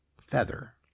feather